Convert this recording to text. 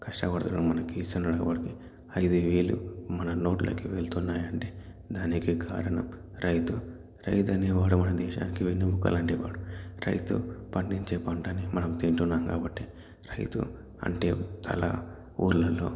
కష్టపడతాడు మనకి ఇస్తుంటాడు కాబట్టి ఐదు వేళ్ళు మన నోట్లోకి వెళుతున్నాయంటే దానికి కారణం రైతు రైతు అనేవాడు మన దేశానికి వెన్నుముక లాంటివాడు రైతు పండించే పంటని మనం తింటున్నాము కాబట్టి రైతు అంటే చాలా ఊళ్ళల్లో